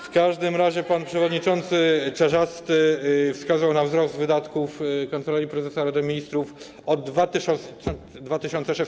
W każdym razie pan przewodniczący Czarzasty wskazał na wzrost wydatków Kancelarii Prezesa Rady Ministrów od 2016 r.